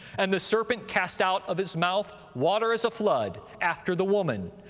and the serpent cast out of his mouth water as a flood after the woman,